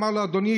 ואמר לו: אדוני,